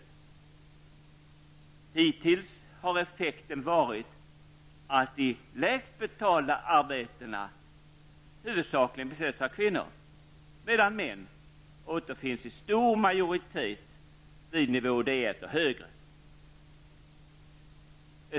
Men hittills har effekten varit att de lägst betalda arbetena huvudsakligen besätts av kvinnor, medan män återfinns i stor majoritet vid nivå D och högre.